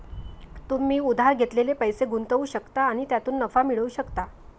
तुम्ही उधार घेतलेले पैसे गुंतवू शकता आणि त्यातून नफा मिळवू शकता